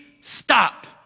stop